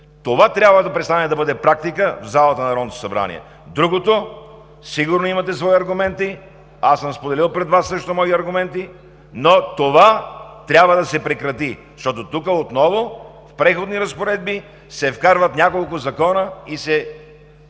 Това трябва да престане да бъде практика в залата на Народното събрание. Другото, сигурно имате своите аргументи, аз съм споделил пред Вас също мои аргументи, но това трябва да се прекрати. Защото тук отново в Преходни разпоредби се вкарват няколко закона и се